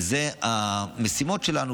ואלה המשימות שלנו.